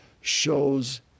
shows